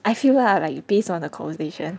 I feel lah like you base on the conversation